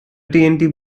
tnt